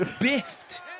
biffed